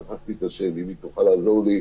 שכחתי את השם, אם היא תוכל לעזור לי.